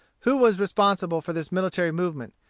who was responsible for this military movement,